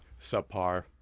subpar